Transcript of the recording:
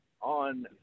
on